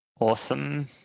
Awesome